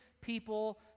people